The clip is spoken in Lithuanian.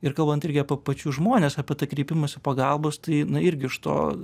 ir kalbant irgi apie pačius žmones apie tą kreipimąsi pagalbos tai na irgi iš to